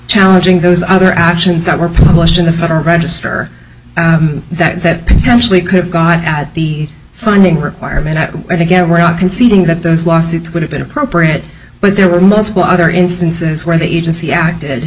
challenging those other actions that were published in the federal register that that potentially could have gone at the funding requirement again we're not conceding that those lawsuits would have been appropriate but there were multiple other instances where the agency acted